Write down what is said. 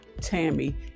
Tammy